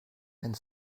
and